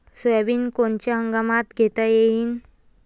Soybean कोनच्या हंगामात घेता येईन?